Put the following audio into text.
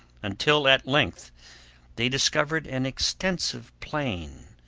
until at length they discovered an extensive plain,